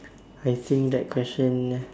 I think that question